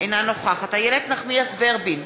אינה נוכחת איילת נחמיאס ורבין,